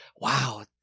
wow